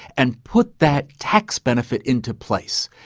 and put that tax benefit into place.